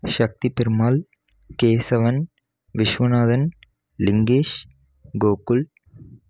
Sakthiperumal Kesavan Vishwanathan Lingesh Gokul